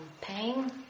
pain